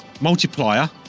multiplier